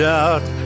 out